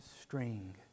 string